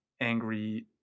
angry